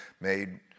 made